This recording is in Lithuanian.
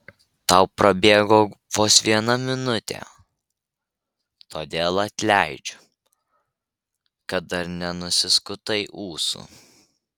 tau prabėgo vos viena minutė todėl atleidžiu kad dar nenusiskutai ūsų